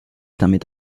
damit